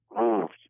moved